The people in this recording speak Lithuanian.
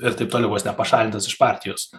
ir taip toliau vos nepašalintas iš partijos